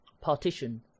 partition